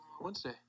Wednesday